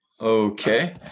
Okay